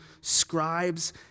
scribes